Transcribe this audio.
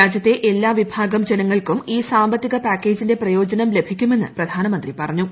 രാജ്യത്തെ എല്ലാ വിഭാഗം ജനങ്ങൾക്കും ഈ സാമ്പത്തിക പാക്കേജിന്റെ പ്രയോജനം ലഭിക്കുമെന്ന് പ്രധാനമന്ത്രി പറഞ്ഞു